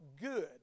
good